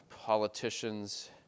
politicians